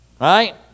right